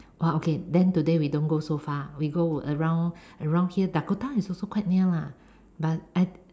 orh okay then today we don't go so far we go around around here Dakota is also quite near lah but I